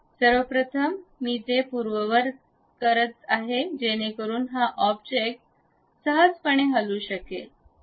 सर्व प्रथम मी ते पूर्ववत करत आहे जेणेकरून हा ऑब्जेक्ट सहजपणे हलू शकेल